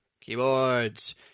Keyboards